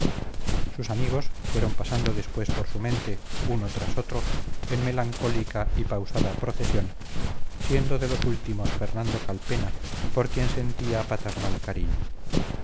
sus amigos fueron pasando después por su mente uno tras otro en melancólica y pausada procesión siendo de los últimos fernando calpena por quien sentía paternal cariño